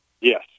Yes